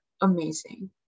amazing